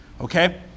Okay